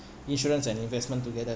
insurance and investment together